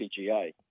PGA